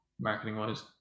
marketing-wise